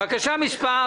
בקשה מס'